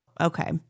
Okay